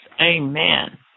amen